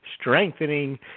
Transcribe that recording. strengthening